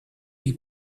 die